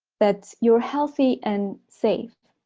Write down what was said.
that you're healthy and safe,